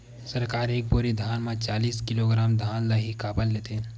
सरकार एक बोरी धान म चालीस किलोग्राम धान ल ही काबर लेथे?